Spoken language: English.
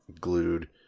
glued